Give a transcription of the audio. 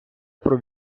про